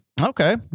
Okay